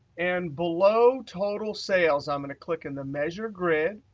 and below total sales, i'm going to click in the measure grid,